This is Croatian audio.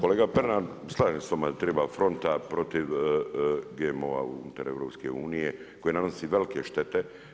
Kolega Pernar, slažem se s vama da treba fronta protiv GMO-a unutar EU koji nanosi velike štete.